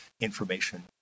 information